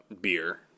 beer